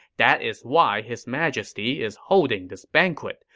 that is why his majesty is holding this banquet,